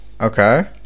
okay